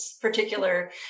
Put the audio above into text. particular